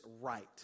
right